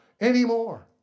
anymore